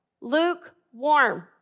Lukewarm